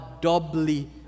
doubly